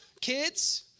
kids